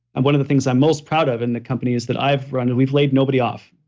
and one of the things i'm most proud of in the companies that i've run, and we've laid nobody off,